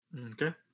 Okay